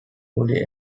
fully